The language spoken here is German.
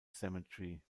cemetery